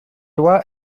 loi